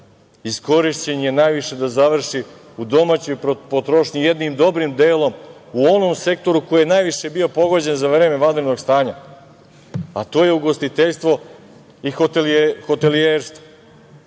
iskorišćen najviše da završi u domaćoj potrošnji jednim dobrim delom u onom sektoru koji je najviše bio pogođen za vreme vanrednog stanja, a to je ugostiteljstvo i hotelijerstvo. Pa